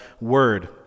Word